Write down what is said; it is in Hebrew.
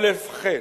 או לפחד.